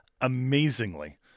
amazingly